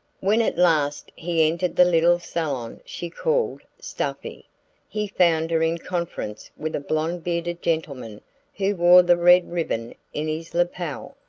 when at last he entered the little salon she called stuffy he found her in conference with a blond-bearded gentleman who wore the red ribbon in his lapel,